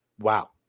wow